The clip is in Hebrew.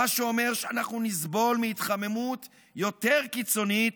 מה שאומר שאנחנו נסבול מהתחממות יותר קיצונית,